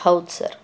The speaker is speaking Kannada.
ಹೌದು ಸರ್